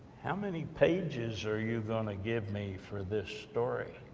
how many pages are you going to give me for this story